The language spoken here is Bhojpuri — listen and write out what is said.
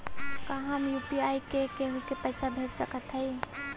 का हम यू.पी.आई से केहू के पैसा भेज सकत हई?